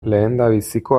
lehendabiziko